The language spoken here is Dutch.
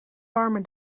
warme